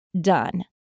done